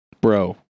Bro